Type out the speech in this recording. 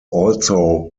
also